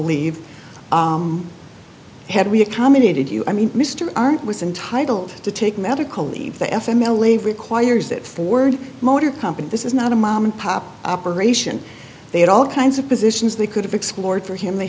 leave had we accommodated you i mean mr aren't was entitled to take medical leave the f m l a requires that ford motor company this is not a mom and pop operation they had all kinds of positions they could have explored for him they